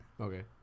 Okay